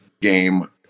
game